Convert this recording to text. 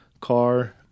car